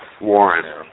Warren